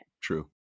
True